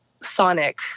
Sonic